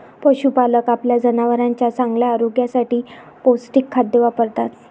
पशुपालक आपल्या जनावरांच्या चांगल्या आरोग्यासाठी पौष्टिक खाद्य वापरतात